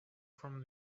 from